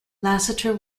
lasseter